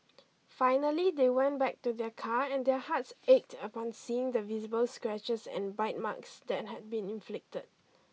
finally they went back to their car and their hearts ached upon seeing the visible scratches and bite marks that had been inflicted